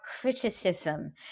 criticism